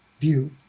view